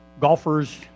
golfers